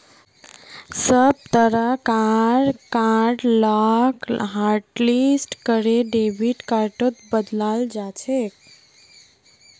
सब तरह कार कार्ड लाक हाटलिस्ट करे डेबिट कार्डत बदलाल जाछेक